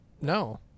No